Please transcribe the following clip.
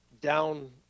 down